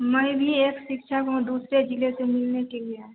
मैं भी एक शिक्षक हूँ दूसरे जिले से मिलने के लिए आए